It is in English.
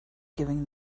giving